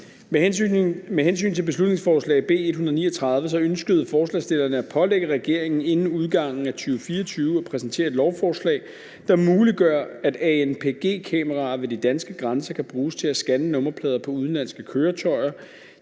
Med hensyn til beslutningsforslaget B 139 ønskede forslagsstillerne at pålægge regeringen inden udgangen af 2024 at præsentere et lovforslag, der muliggør, at anpg-kameraer ved de danske grænser kan bruges til at scanne nummerplader på udenlandske køretøjer